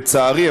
לצערי,